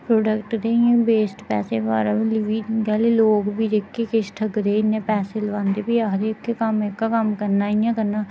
product दे इ'यां waste पैसे बारै बी की के लोक बी किश ठगदे इयां पैसे लोआंदे फ्ही आखदे एह्का कम्म एह का कम्म करना इ'यां करना